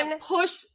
push